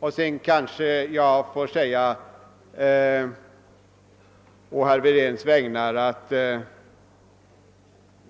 Dessutom får jag kanske å herr Wedéns vägnar framhålla att